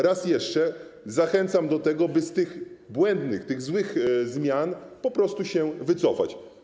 Raz jeszcze zachęcam do tego, by z tych błędnych, tych złych zmian po prostu się wycofać.